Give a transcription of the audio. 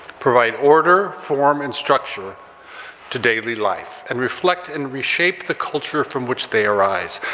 provide order form and structure to daily life, and reflect and reshape the culture from which they arise.